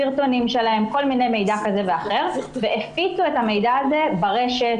סרטונים שלהן ועוד מידע והפיצו את הכול ברשת.